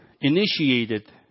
initiated